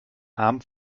arm